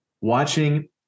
watching